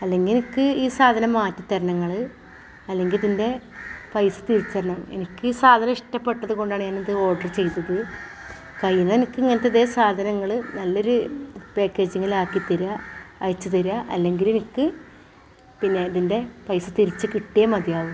അല്ലെങ്കിൽ എനിക്ക് ഈ സാധനം മാറ്റിത്തരണം നിങ്ങള് അല്ലെങ്കിൽ ഇതിന്റെ പൈസ തിരിച്ചു തരണം എനിക്കി സാധനം ഇഷ്ടപ്പെട്ടത് കൊണ്ടാണ് ഞാനിത് ഓർഡ്റ് ചെയ്തത് കഴിയുമെങ്കിൽ എനിക്കിങ്ങനത്തെ ഇതേ സാധനങ്ങള് നല്ലൊര് പാക്കേജിങ്ങിലാക്കി തരിക അയച്ച് തരിക അല്ലെങ്കിലെനിക്ക് പിന്നെ ഇതിന്റെ പൈസ തിരിച്ച് കിട്ടിയെ മതിയാവു